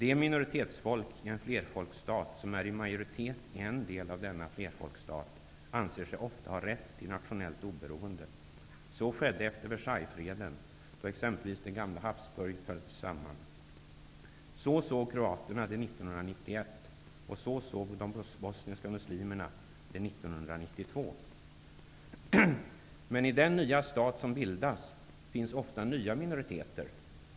Ett minoritetsfolk i en flerfolksstat, som är i majoritet i en del av denna flerfolksstat, anser sig ofta ha rätt till nationellt oberoende. Så skedde efter Versaillesfreden, då exempelvis det gamla Habsburgväldet föll samman. Så såg kroaterna situationen 1991, och så såg de bosniska muslimerna situationen 1992. Men i den nya stat som bildas finns ofta nya minoriteter.